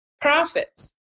profits